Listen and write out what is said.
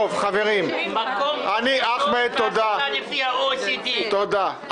מקום ראשון בהסתה לפי ה-OECD אחמד, תודה.